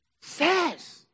says